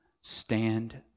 stand